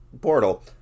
portal